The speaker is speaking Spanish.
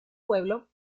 pueblo